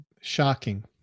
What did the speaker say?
shocking